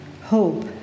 hope